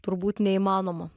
turbūt neįmanoma